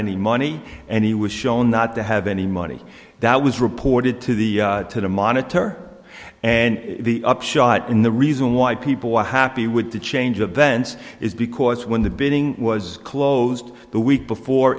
any money and he was shown not to have any money that was reported to the to the monitor and the upshot in the reason why people were happy with the change of bents is because when the bidding was closed the week before